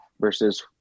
versus